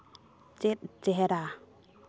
ᱪᱮᱫ ᱪᱮᱦᱨᱟ